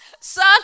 Son